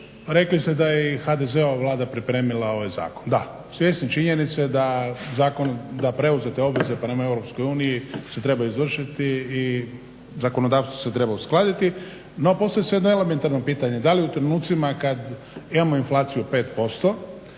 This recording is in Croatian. rekli ste da je i HDZ-ova Vlada pripremila ovaj zakon. Da, svjesni činjenice da preuzete obveze prema Europskoj uniji se trebaju izvršiti i zakonodavstvo se treba uskladiti. No, postavlja se jedno elementarno pitanje, da li u trenucima kad imamo inflaciju 5%,